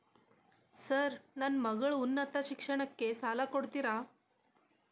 Sir ನನ್ನ ಮಗಳ ಉನ್ನತ ಶಿಕ್ಷಣಕ್ಕೆ ಸಾಲ ಕೊಡುತ್ತೇರಾ?